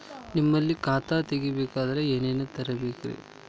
ನಿಮ್ಮಲ್ಲಿ ಖಾತಾ ತೆಗಿಬೇಕಂದ್ರ ಏನೇನ ತರಬೇಕ್ರಿ?